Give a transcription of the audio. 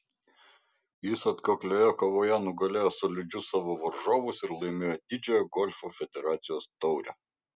jis atkaklioje kovoje nugalėjo solidžius savo varžovus ir laimėjo didžiąją golfo federacijos taurę